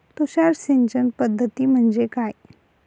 तुषार सिंचन पद्धती म्हणजे काय?